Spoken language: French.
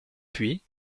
puis